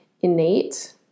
innate